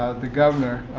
the governor,